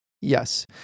Yes